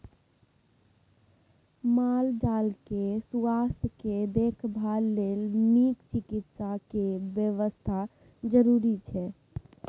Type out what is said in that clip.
माल जाल केँ सुआस्थ केर देखभाल लेल नीक चिकित्सा केर बेबस्था जरुरी छै